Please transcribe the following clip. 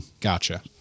gotcha